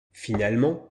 finalement